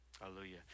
Hallelujah